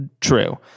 true